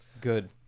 Good